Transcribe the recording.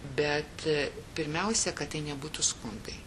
bet pirmiausia kad tai nebūtų skundai